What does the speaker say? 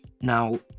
Now